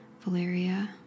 Valeria